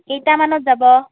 কেইটামানত যাব